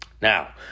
Now